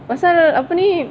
pasal apa ni